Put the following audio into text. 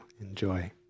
enjoy